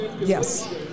Yes